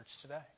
today